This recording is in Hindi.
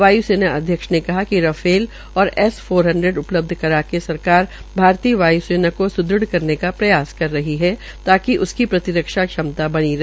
वाय् सेना अध्यक्ष ने कहा कि राफेल और ए फोर हंडरड उपलब्ध कराके सरकार भारतीय वायुसेना को सुदृढ़ करने का प्रयास कर रही है ताकि उसकी प्रतिरक्षा क्षमता बनी रहे